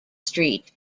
street